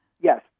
Yes